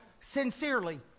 Sincerely